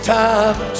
time